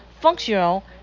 functional